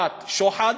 1. שוחד,